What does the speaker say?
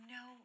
no